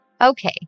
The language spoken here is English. okay